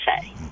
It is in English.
say